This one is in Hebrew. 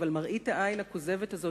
אבל מראית העין הכוזבת הזאת,